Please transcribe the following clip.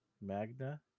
Magna